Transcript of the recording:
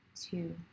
two